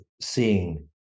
seeing